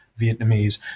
Vietnamese